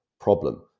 problem